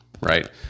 right